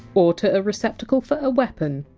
or to a receptacle for a weapon.